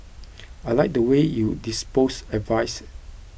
I liked the way you disposed advice